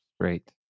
Great